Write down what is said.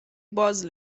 باز